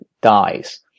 dies